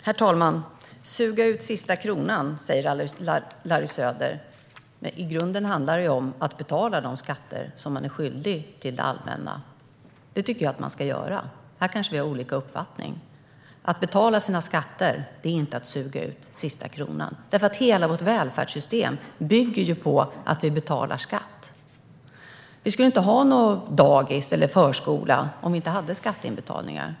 Herr talman! Suga ut sista kronan, sa Larry Söder. I grunden handlar det om att betala de skatter som man är skyldig till det allmänna. Det tycker jag att man ska göra, men här kanske vi har olika uppfattning. Att betala sina skatter är inte att suga ut sista kronan. Hela vårt välfärdssystem bygger på att vi betalar skatt. Vi skulle inte ha några dagis eller förskolor om vi inte hade skatteinbetalningar.